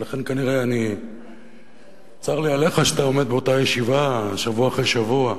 ולכן צר לי עליך שאתה עומד באותה ישיבה שבוע אחרי שבוע.